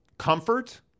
comfort